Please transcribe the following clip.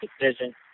decision